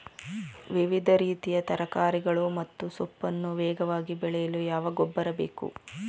ವಿವಿಧ ರೀತಿಯ ತರಕಾರಿಗಳು ಮತ್ತು ಸೊಪ್ಪನ್ನು ವೇಗವಾಗಿ ಬೆಳೆಯಲು ಯಾವ ಗೊಬ್ಬರ ಬೇಕು?